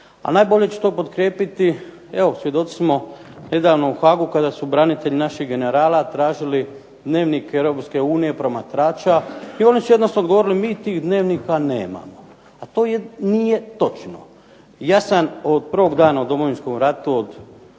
najbolje ću to potkrijepiti, evo svjedoci smo nedavno u Haagu kada su branitelji naših generala tražili dnevnike Europske unije promatrača i oni su jednostavno odgovorili mi tih dnevnika nemamo, a to nije točno. Ja sam od prvog dana u Domovinskom ratu od